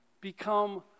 become